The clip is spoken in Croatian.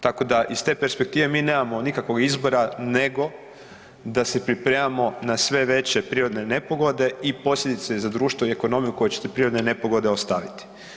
Tako da, iz te perspektive mi nemamo nikakvog izbora nego da se pripremamo na sve veće prirodne nepogode i posljedice za društvo i ekonomiju koju će te prirodne nepogode ostaviti.